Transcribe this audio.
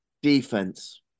Defense